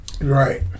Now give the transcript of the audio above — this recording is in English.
Right